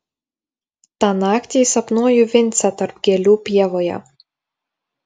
tą naktį sapnuoju vincę tarp gėlių pievoje